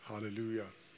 Hallelujah